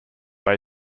bay